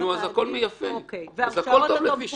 הוא מקבל את המב"דים, אז הכול טוב לשיטתך.